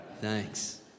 Thanks